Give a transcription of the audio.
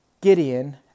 Gideon